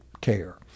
care